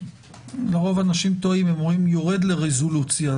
לרוב אנשים טועים אומרים: יורדים לרזולוציה.